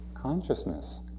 consciousness